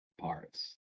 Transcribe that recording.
parts